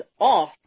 off